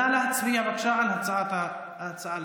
נא להצביע על ההצעה לסדר-היום,